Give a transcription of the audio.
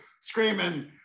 screaming